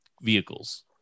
vehicles